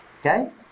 Okay